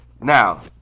Now